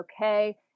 okay